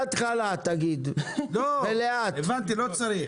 לא צריך